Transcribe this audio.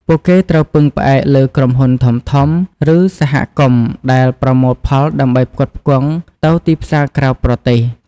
ពួកគេត្រូវពឹងផ្អែកលើក្រុមហ៊ុនធំៗ ឬសហគមន៍ដែលប្រមូលផលដើម្បីផ្គត់ផ្គង់ទៅទីផ្សារក្រៅប្រទេស។